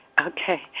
okay